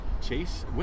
Chase